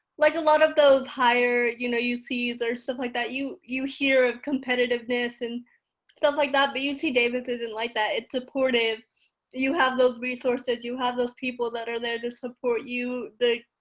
like a lot of those higher you know you sees or stuff like that you you hear a competitiveness and stuff like that beauty david's isn't like that. it supportive you have those resources that you have those people that are there to support you. the